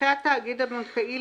ידחה התאגיד הבנקאי,